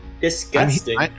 Disgusting